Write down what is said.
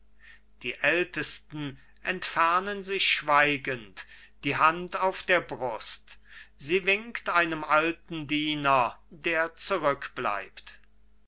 die ältesten entfernen sich schweigend die hand auf der brust sie winkt einem alten diener der zurückbleibt